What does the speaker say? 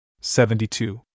Seventy-two